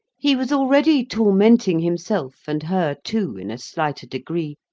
he was already tormenting himself, and her too, in a slighter degree,